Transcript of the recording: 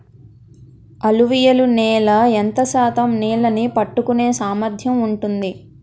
అలువియలు నేల ఎంత శాతం నీళ్ళని పట్టుకొనే సామర్థ్యం ఉంటుంది?